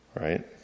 Right